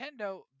nintendo